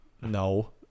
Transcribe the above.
no